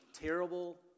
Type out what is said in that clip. terrible